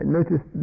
notice